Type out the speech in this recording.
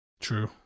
True